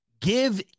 give